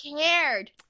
cared